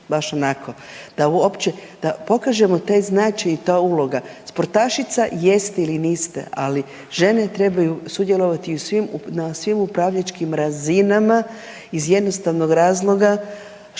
da uopće da pokažemo taj značaj i ta uloga, sportašica jeste ili niste, ali žene trebaju sudjelovati u svim, na svim upravljačkim razinama iz jednostavnog razloga što